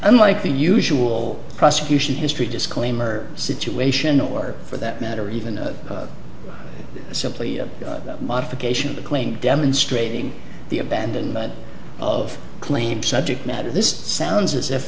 unlike the usual prosecution history disclaimer situation or for that matter even simply a modification of the claim demonstrating the abandonment of claim subject matter this sounds as if